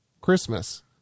Christmas